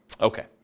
Okay